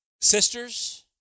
sisters